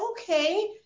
okay